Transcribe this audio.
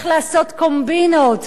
איך לעשות קומבינות,